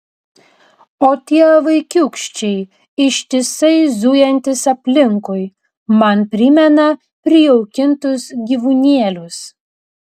o tie vaikiūkščiai ištisai zujantys aplinkui man primena prijaukintus gyvūnėlius